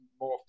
more